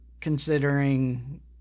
considering